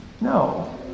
No